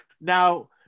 Now